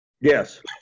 Yes